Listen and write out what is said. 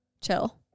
chill